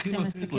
צריכים לסכם.